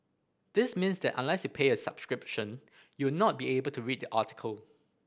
this means that unless you pay a subscription you will not be able to read the article